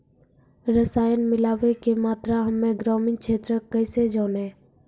रसायन मिलाबै के मात्रा हम्मे ग्रामीण क्षेत्रक कैसे जानै?